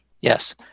Yes